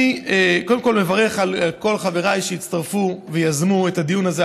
אני קודם כול מברך על כל חבריי שהצטרפו ויזמו את הדיון הזה,